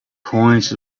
coins